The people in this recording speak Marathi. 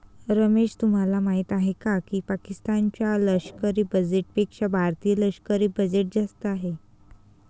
रमेश तुम्हाला माहिती आहे की पाकिस्तान च्या लष्करी बजेटपेक्षा भारतीय लष्करी बजेट जास्त आहे